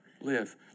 Live